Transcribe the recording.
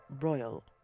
royal